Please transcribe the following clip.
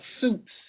suits